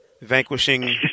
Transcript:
vanquishing